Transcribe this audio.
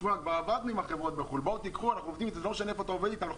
שעבדנו עם חברות בחו"ל וזה לא משנה איפה עובדים איתם,